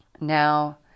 now